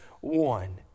one